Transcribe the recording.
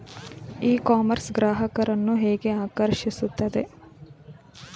E commerce ಗ್ರಾಹಕರನ್ನು ಹೇಗೆ ಆಕರ್ಷಿಸುತ್ತದೆ?